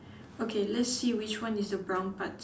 okay let's see which one is the brown parts